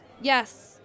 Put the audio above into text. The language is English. Yes